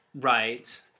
Right